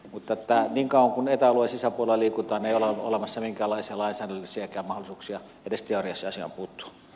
mutta niin kauan kuin eta alueen sisäpuolella liikutaan ei ole olemassa minkäänlaisia lainsäädännöllisiäkään mahdollisuuksia edes teoriassa asiaan puuttua